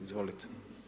Izvolite.